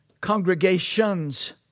congregations